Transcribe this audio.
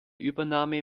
übernahme